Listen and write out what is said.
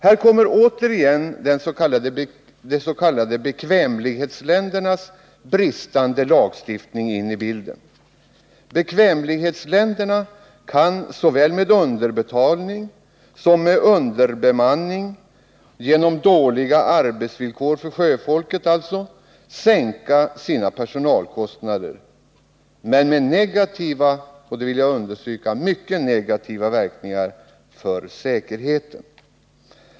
Här kommer återigen de s.k. bekvämlighetsländernas bristande lagstiftning in i bilden. Bekvämlighetsländerna kan såväl med underbetalning som med underbemanning genom dåliga arbetsvillkor för sjöfolket sänka sina personalkostnader, vilket dock får negativa — jag vill understryka mycket negativa — verkningar för säkerheten.